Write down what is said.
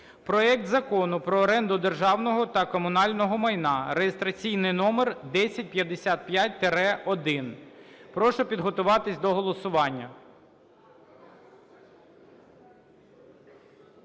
проект Закону про оренду державного та комунального майна (реєстраційний номер 1055-1). Прошу підготуватись до голосування.